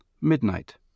Midnight